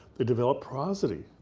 they develop prosody.